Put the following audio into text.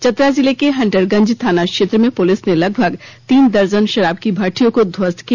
चतरा जिले के हंटरगंज थाना क्षेत्र में पुलिस ने लगभग तीन दर्जन शराब की भट्टीयों न् को ध्वस्त किया